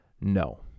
no